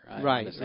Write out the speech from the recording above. right